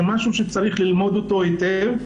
זה משהו שצריך ללמוד אותו היטב.